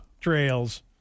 trails